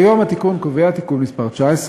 כיום התיקון קובע, תיקון מס' 19,